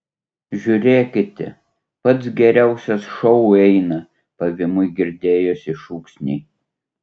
žiūrėkite pats geriausias šou eina pavymui girdėjosi šūksniai